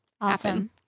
Awesome